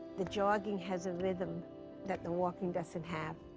the jogging has a rhythm that the walking doesn't have.